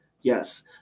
Yes